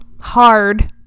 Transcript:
hard-